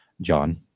John